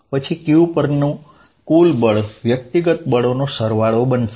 પછી q પરનું કુલ બળ વ્યક્તિગત બળોનો સરવાળો બનશે